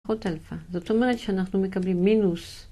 פחות אלפא, זאת אומרת שאנחנו מקבלים מינוס.